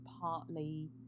partly